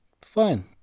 fine